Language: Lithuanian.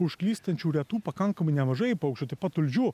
užklystančių retų pakankamai nemažai paukščių taip pat tulžių